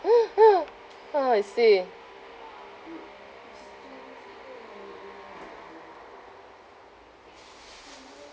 ah I see